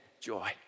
joy